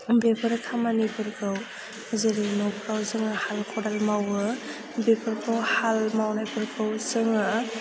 बेफोर खामानिफोरखौ जेरै न'फोराव जोङो हाल खदाल मावो बेफोरखौ हाल मावनायफोरखौ जोङो